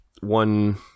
one